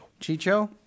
Chicho